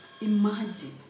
imagine